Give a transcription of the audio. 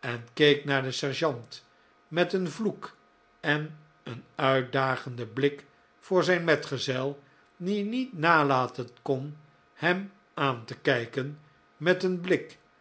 en keek naar den sergeant met een vloek en een uitdagenden blik voor zijn metgezel die niet nalaten kon hem aan te kijken met een blik